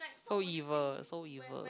so evil so evil